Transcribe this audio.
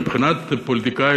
מבחינת פוליטיקאי,